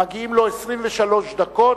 מגיעות לו 23 דקות,